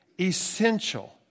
essential